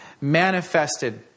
manifested